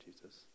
Jesus